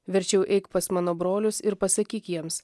verčiau eik pas mano brolius ir pasakyk jiems